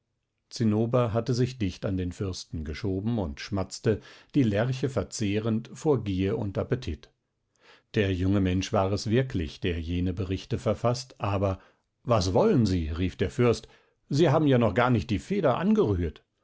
zinnober hatte sich dicht an den fürsten geschoben und schmatzte die lerche verzehrend vor gier und appetit der junge mensch war es wirklich der jene berichte verfaßt aber was wollen sie rief der fürst sie haben ja noch gar nicht die feder angerührt